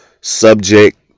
subject